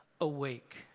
awake